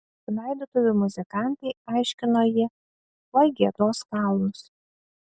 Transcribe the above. laidotuvių muzikantai aiškino ji tuoj giedos kalnus